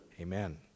amen